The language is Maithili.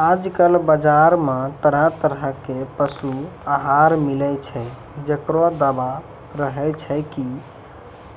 आजकल बाजार मॅ तरह तरह के पशु आहार मिलै छै, जेकरो दावा रहै छै कि